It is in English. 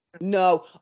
No